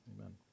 Amen